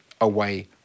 away